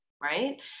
Right